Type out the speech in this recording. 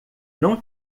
não